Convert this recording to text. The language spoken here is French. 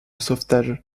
sauvetage